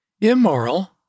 immoral